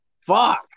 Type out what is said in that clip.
Fuck